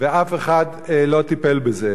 ואף אחד לא טיפל בזה.